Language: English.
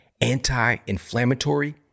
anti-inflammatory